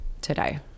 today